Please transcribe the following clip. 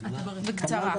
בקצרה.